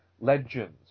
legends